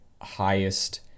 highest